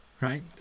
right